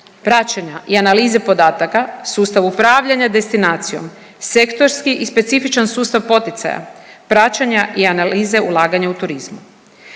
praćenja i analize podataka, sustav upravljanja destinacijom, sektorski i specifičan sustav poticaja praćenja i analize ulaganja u turizmu.